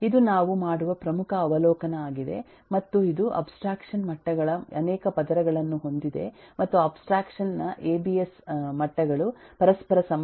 ಇದು ನಾವು ಮಾಡುವ ಪ್ರಮುಖ ಅವಲೋಕನ ಆಗಿದೆ ಮತ್ತು ಇದು ಅಬ್ಸ್ಟ್ರಾಕ್ಷನ್ ಮಟ್ಟಗಳ ಅನೇಕ ಪದರಗಳನ್ನು ಹೊಂದಿದೆ ಮತ್ತು ಅಬ್ಸ್ಟ್ರಾಕ್ಷನ್ ನ ಎಬಿಎಸ್ ಮಟ್ಟಗಳು ಪರಸ್ಪರ ಸಂಬಂಧ ಹೊಂದಿದೆ